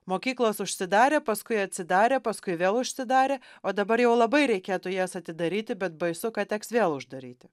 mokyklos užsidarė paskui atsidarė paskui vėl užsidarė o dabar jau labai reikėtų jas atidaryti bet baisu kad teks vėl uždaryti